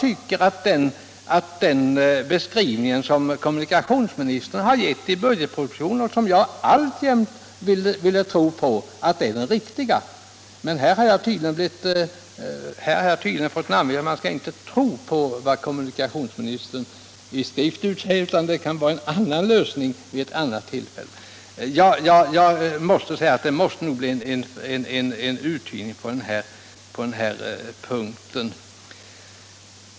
Enligt min mening är den beskrivning som kommunikationsministern har gett i budgetpropositionen den riktiga, och den ville jag alltjämt tro på. Men tydligen skall man inte tro på vad kommunikationsministern utsäger i skrift, eftersom han kan tala för en annan lösning vid ett annat tillfälle. Det måste nog bli ett förtydligande på den här punkten.